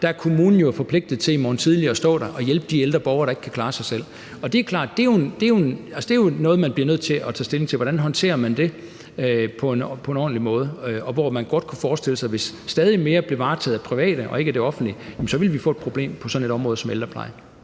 Der er kommunen jo forpligtet til i morgen tidlig at stå der og hjælpe de ældre borgere, der ikke kan klare sig selv. Det er klart, at det jo er noget, man bliver nødt til at tage stilling til hvordan man håndterer på en ordentlig måde. Man kunne godt forestille sig, at hvis stadig mere blev varetaget af private og ikke af det offentlige, så ville vi få et problem på sådan et område som ældreplejen.